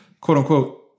quote-unquote